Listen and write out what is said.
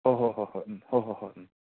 ꯍꯣꯏ ꯍꯣꯏ ꯍꯣꯏ ꯍꯣꯏ ꯎꯝ ꯍꯣꯏ ꯍꯣꯏ ꯍꯣꯏ ꯎꯝ